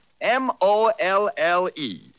M-O-L-L-E